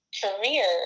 career